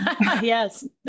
Yes